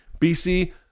BC